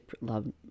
love